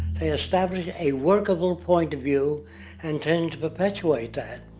they established a workable point of view and tend to perpetuate that.